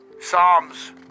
Psalms